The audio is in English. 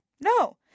No